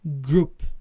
group